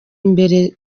imbere